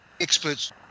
experts